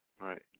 Right